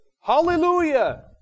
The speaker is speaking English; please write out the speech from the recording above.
Hallelujah